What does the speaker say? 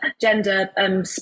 gender